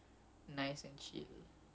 oh my god